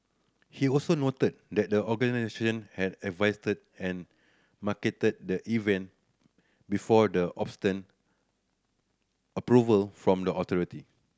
he also noted that the organiser had advertised and marketed the event before the obtained approval from the authority